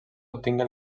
obtingué